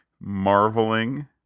marveling